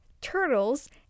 turtles